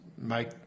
make